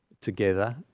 together